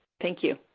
thank you.